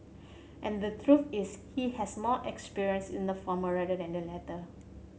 and the truth is he has more experience in the former rather than the latter